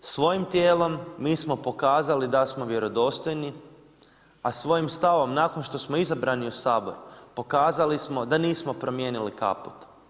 Svojim djelom mi smo pokazali da smo vjerodostojni, a svojim stavom nakon što smo izabrani u Sabor pokazali smo da nismo promijenili kaput.